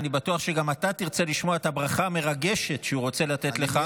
אני בטוח שגם אתה תרצה לשמוע את הברכה המרגשת שהוא רוצה לתת לך.